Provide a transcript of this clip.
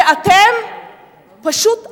ואתם פשוט אטומים.